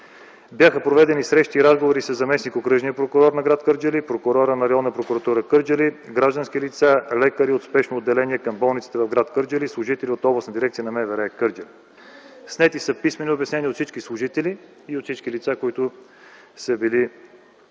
Бяха проведени срещи и разговори със заместник-окръжния прокурор на гр. Кърджали, прокурора на Районна прокуратура Кърджали, граждански лица, лекари от Спешно отделение към болницата в гр. Кърджали, служители от Областна дирекция на МВР Кърджали. Снети са писмени обяснения от всички служители и от всички лица, които са били